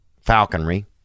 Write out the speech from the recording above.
Falconry